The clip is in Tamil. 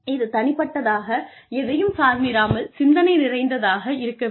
இது தனிப்பட்டதாக எதையும் சார்ந்திராமல் சிந்தனை நிறைந்ததாக இருக்க வேண்டும்